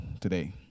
today